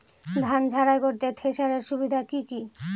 ধান ঝারাই করতে থেসারের সুবিধা কি কি?